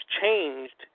changed